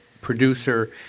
producer